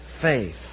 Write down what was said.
faith